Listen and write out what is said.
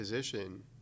position